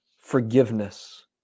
forgiveness